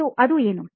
ಮತ್ತು ಅದು ಏನು